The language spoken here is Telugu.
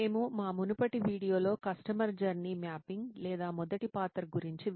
మేము మా మునుపటి వీడియోలో కస్టమర్ జర్నీ మ్యాపింగ్ లేదా మొదటి పాత్ర గురించి వీడియో చూస్తున్నాము